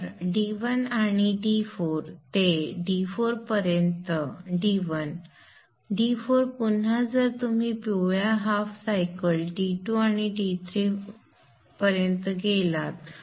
तर D1 आणि D4 ते D4 पर्यंत D1 D4 पुन्हा जर तुम्ही पुढील पिवळ्या हाफ सायकल D2 आणि D3 वाहून गेलात